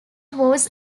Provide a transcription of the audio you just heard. was